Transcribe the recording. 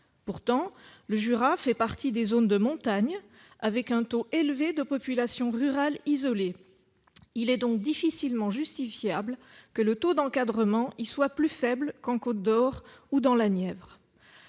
Pourtant, le Jura fait partie des zones de montagne, avec un taux élevé de population rurale isolée. Il est difficilement justifiable que le taux d'encadrement y soit plus faible qu'en Côte-d'Or ou dans la Nièvre.